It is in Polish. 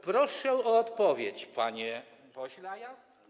Proszę o odpowiedź, panie pośle.